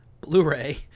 Blu-ray